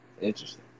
Interesting